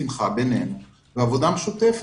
שמחה בינינו ועבודה משותפת,